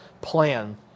plan